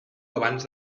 abans